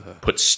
put